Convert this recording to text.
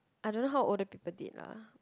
I don't know how older people date lah